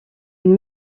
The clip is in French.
une